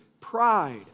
pride